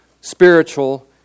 spiritual